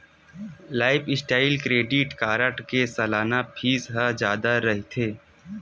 lifestyle credit card के सलाना fees ह जादा रहिथे